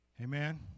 Amen